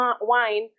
wine